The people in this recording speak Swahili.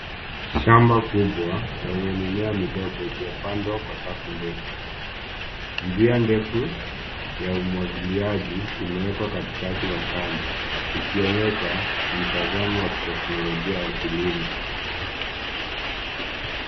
Shamba kubwa lenye mimea midogo zilizopangwa kwa safu ndefu. Njia ya umwagiliaji imewekwa katikati wa shamba ikionyesha mtazamo wa kiteknolojia wa kilimo.